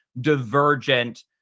divergent